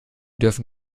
dürfen